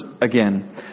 again